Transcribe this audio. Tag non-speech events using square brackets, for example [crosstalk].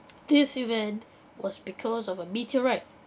[noise] this event was because of a meteorite